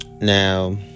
Now